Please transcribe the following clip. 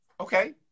Okay